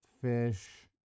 fish